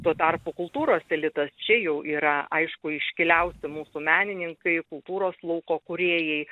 tuo tarpu kultūros elitas čia jau yra aišku iškiliausi mūsų menininkai kultūros lauko kūrėjai